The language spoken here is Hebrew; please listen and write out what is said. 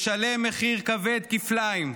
ישלם מחיר כבד כפליים.